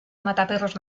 mataperros